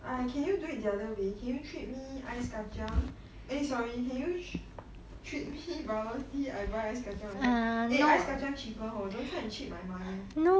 err can you do it the other way can you treat me ice kacang eh sorry can you treat me bubble tea I buy ice kacang myself eh ice kacang cheaper hor don't try to cheat my money